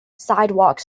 sidewalk